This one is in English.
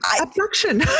abduction